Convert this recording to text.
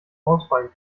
ausfallen